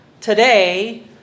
today